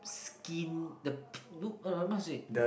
skin the p~ no um how to say